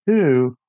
two